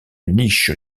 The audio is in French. niche